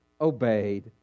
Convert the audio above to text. obeyed